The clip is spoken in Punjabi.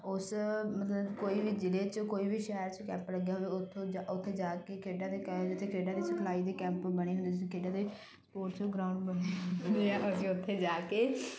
ਉਸ ਮਤਲਬ ਕੋਈ ਵੀ ਜ਼ਿਲ੍ਹੇ 'ਚ ਕੋਈ ਵੀ ਸ਼ਹਿਰ 'ਚ ਕੈਂਪ ਲੱਗਿਆ ਹੋਵੇ ਉੱਥੋਂ ਉੱਥੇ ਜਾ ਕੇ ਖੇਡਾਂ ਦੇ ਕਹਿਣ 'ਤੇ ਜਿੱਥੇ ਖੇਡਾਂ ਦੀ ਸਿਖਲਾਈ ਦੇ ਕੈਂਪ ਬਣੇ ਹੁੰਦੇ ਸੀ ਖੇਡਾਂ ਦੇ ਸਪੋਰਟਸ ਗਰਾਊਂਡ ਬਣੇ ਹੁੰਦੇ ਆ ਅਸੀਂ ਉੱਥੇ ਜਾ ਕੇ